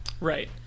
Right